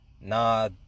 nah